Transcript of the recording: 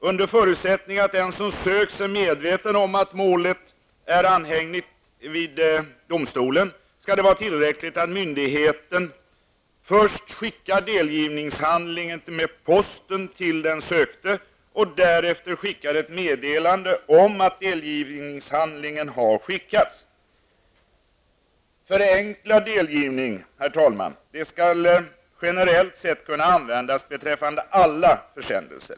Under förutsättning att den som söks är medveten om att målet är anhängigt vid domstol, skall det vara tillräckligt att myndigheten först skickar delgivningen med posten till den sökte och därefter skickar ett meddelande om att delgivningshandlingen har skickats. Förenklad delgivning, herr talman, skall generellt sett kunna användas beträffande alla försändelser.